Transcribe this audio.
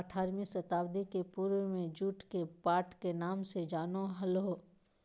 आठारहवीं शताब्दी के पूर्व में जुट के पाट के नाम से जानो हल्हो